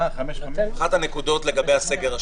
אחת הנקודות לגבי הסגר השלישי.